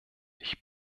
ich